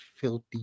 filthy